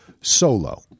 Solo